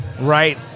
right